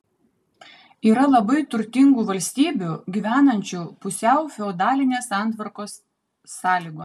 yra labai turtingų valstybių gyvenančių pusiau feodalinės santvarkos sąlygomis